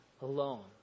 alone